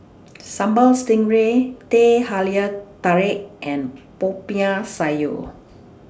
Sambal Stingray Teh Halia Tarik and Popiah Sayur